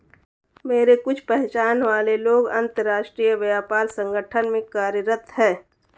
मेरे कुछ पहचान वाले लोग अंतर्राष्ट्रीय व्यापार संगठन में कार्यरत है